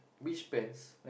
beach pants